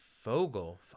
Fogel